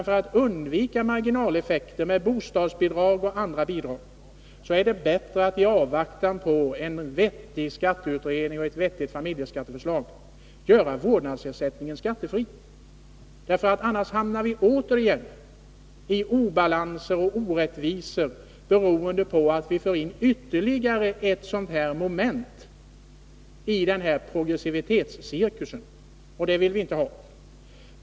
För att undvika marginaleffekter i kombination med bostadsbidrag och andra bidrag är det bättre att, i avvaktan på en vettig skatteutredning och ett vettigt familjeskatteförslag, göra vårdnadsersättningen skattefri. Annars hamnar vi återigen i obalans och orättvisor, beroende på att vi för in ytterligare ett moment i den progressiva cirkusen — och det vill vi inte ha.